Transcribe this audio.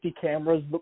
cameras